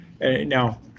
Now